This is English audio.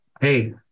hey